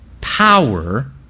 power